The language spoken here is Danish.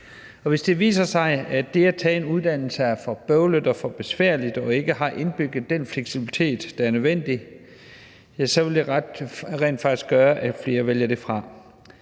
hvis det viser sig, at det at tage en uddannelse er for bøvlet og for besværligt og ikke har indbygget den fleksibilitet, der er nødvendig, så vil det rent faktisk gøre, at flere vælger det fra,